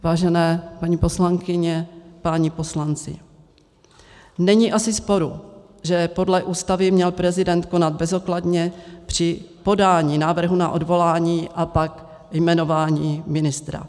Vážené paní poslankyně, páni poslanci, není asi sporu, že podle Ústavy měl prezident konat bezodkladně při podání návrhu na odvolání a pak jmenování ministra.